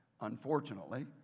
Unfortunately